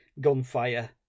gunfire